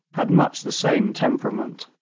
had much the same temperament.